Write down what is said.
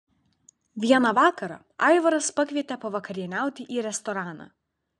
vieną vakarą aivaras pakvietė pavakarieniauti į restoraną